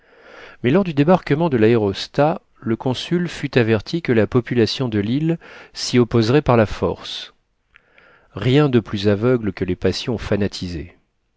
mais lors du débarquement de l'aérostat le consul fut averti que la population de l'île s'y opposerait par la force rien de plus aveugle que les passions fanatisées